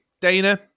dana